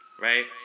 right